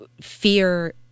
fear